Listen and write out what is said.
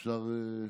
אפשר?